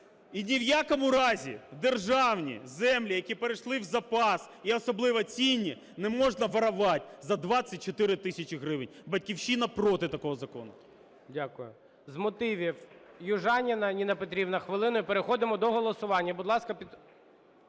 І ні в якому разі державні землі, які перейшли в запас, і особливо цінні не можна воровать за 24 тисячі гривень. "Батьківщина" проти такого закону. ГОЛОВУЮЧИЙ. Дякую. З мотивів Южаніна Ніна Петрівна, хвилину. І переходимо до голосування.